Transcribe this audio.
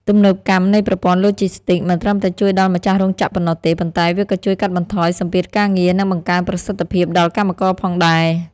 ទំនើបកម្មនៃប្រព័ន្ធឡូជីស្ទីក មិនត្រឹមតែជួយដល់ម្ចាស់រោងចក្រប៉ុណ្ណោះទេ ប៉ុន្តែវាក៏ជួយកាត់បន្ថយសម្ពាធការងារ និងបង្កើនប្រសិទ្ធភាពដល់កម្មករផងដែរ។